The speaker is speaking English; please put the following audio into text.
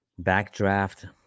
Backdraft